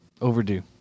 overdue